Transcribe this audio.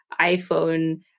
iPhone